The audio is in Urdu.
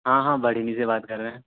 ہاں ہاں بڑھنی سے بات کر رہے ہیں